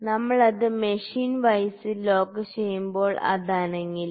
നമ്മൾ അത് മെഷീൻ വൈസിൽ ലോക്ക് ചെയ്യുമ്പോൾ അത് അനങ്ങില്ല